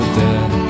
dead